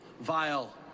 vile